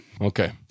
Okay